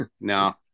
No